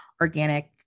organic